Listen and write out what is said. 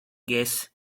guests